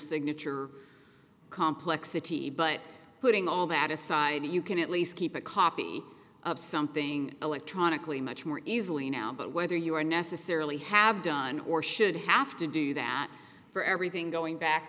signature complexity but putting all that aside you can at least keep a copy of something electronically much more easily now but whether you are necessarily have done or should have to do that for everything going back